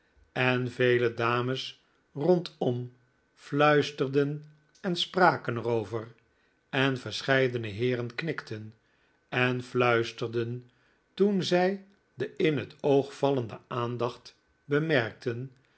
en vele dames rondom fluisterden en spraken er over en verscheidene heeren knikten en fluisterden toen zij de in het oog vallende aandacht bemerkten